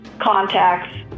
contacts